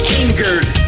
angered